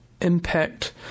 impact